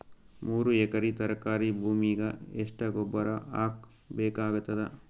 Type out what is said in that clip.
ಮೂರು ಎಕರಿ ತರಕಾರಿ ಭೂಮಿಗ ಎಷ್ಟ ಗೊಬ್ಬರ ಹಾಕ್ ಬೇಕಾಗತದ?